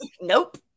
Nope